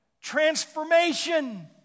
transformation